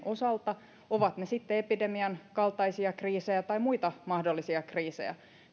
osalta ovat ne sitten epidemian kaltaisia kriisejä tai muita mahdollisia kriisejä